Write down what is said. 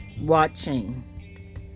watching